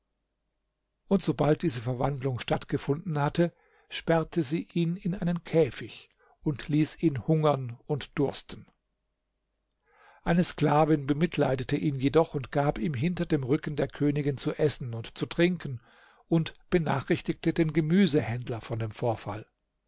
und sobald diese verwandlung stattgefunden hatte sperrte sie ihn in einen käfig und ließ ihn hungern und dursten eine sklavin bemitleidete ihn jedoch und gab ihm hinter dem rücken der königin zu essen und zu trinken und benachrichtigte den gemüsehändler von dem vorfall